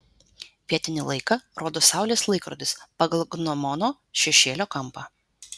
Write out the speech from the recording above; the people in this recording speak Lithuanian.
vietinį laiką rodo saulės laikrodis pagal gnomono šešėlio kampą